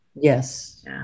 Yes